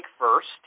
first